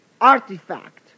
artifact